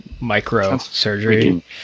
micro-surgery